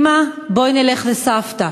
אימא, בואי נלך לסבתא.